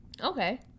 Okay